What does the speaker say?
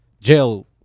jail